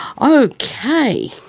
Okay